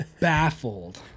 baffled